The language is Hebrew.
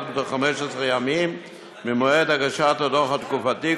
בתוך 15 ימים ממועד הגשת הדוח התקופתי,